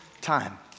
time